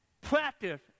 practice